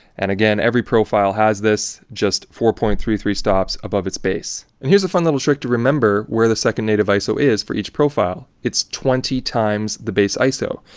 and again, every profile has this. just four point three three stops above its base. and here's a fun little trick to remember where the second native iso is for each profile. it's twenty times the base iso.